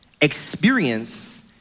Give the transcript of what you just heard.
Experience